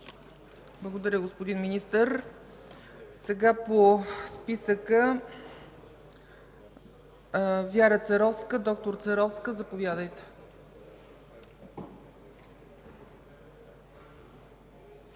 Благодаря, господин Министър. Сега по списъка е Вяра Церовска. Доктор Церовска, заповядайте.